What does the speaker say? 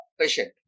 patient